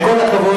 עם כל הכבוד.